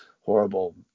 horrible